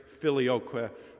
Filioque